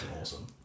awesome